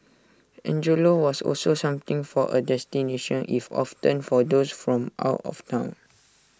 Angelo's was also something for A destination if often for those from out of Town